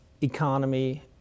economy